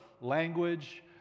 language